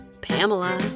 Pamela